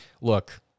Look